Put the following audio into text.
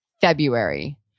February